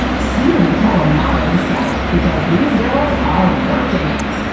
somebody call a modeling scout because these girls are workin' it!